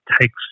takes